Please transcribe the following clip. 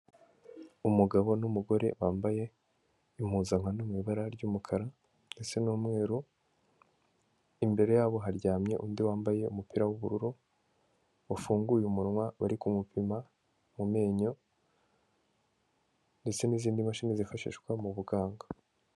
Umugabo n'umugore bambaye impuzankano mu ibara ry'umukara ndetse n'umweru, imbere yabo haryamye undi wambaye umupira w'ubururu. Wafunguye umunwa bari kumupima mu menyo ndetse n'izindi mashini zifashishwa mu buganga.